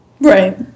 Right